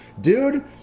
dude